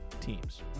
teams